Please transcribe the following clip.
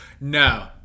No